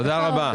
תודה רבה.